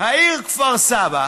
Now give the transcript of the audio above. העיר כפר סבא